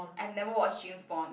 I've never watched James Bond